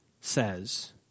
says